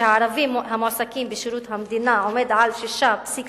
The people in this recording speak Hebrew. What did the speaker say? ששיעור הערבים המועסקים בשירות המדינה עומד על 6.7%,